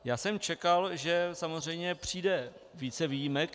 Já jsem čekal, že samozřejmě přijde více výjimek.